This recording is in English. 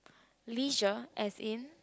leisure as in